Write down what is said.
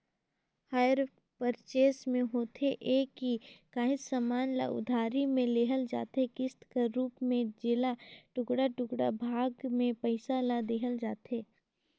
hire purchase में होथे ए कि काहींच समान ल उधारी में लेहल जाथे किस्त कर रूप में जेला टुड़का टुड़का भाग में पइसा ल देहल जाथे